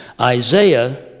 Isaiah